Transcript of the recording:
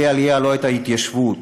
בלי עלייה לא הייתה התיישבות,